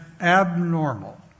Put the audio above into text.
abnormal